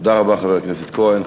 תודה רבה, חבר הכנסת כהן.